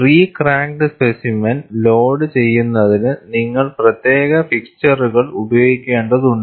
pre cracked specimen load ചെയ്യുന്നതിന് നിങ്ങൾ പ്രത്യേക ഫിക്സ്ച്ചറുകൾ ഉപയോഗിക്കേണ്ടതുണ്ട്